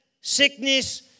sickness